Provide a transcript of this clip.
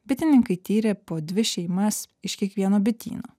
bitininkai tyrė po dvi šeimas iš kiekvieno bityno